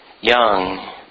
young